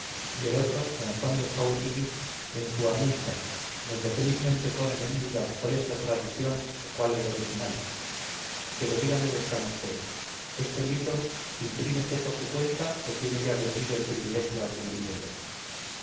y el otro don juan de jáurigui en su aminta donde felizmente ponen en duda cuál es la tradución o cuál el original pero dígame vuestra merced este libro imprímese por su cuenta o tiene ya vendido el privilegio a algún librero